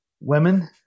women